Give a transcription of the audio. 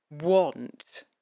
want